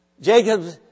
Jacob